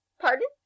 Pardon